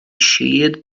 sheared